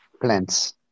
plants